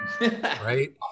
Right